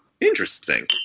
Interesting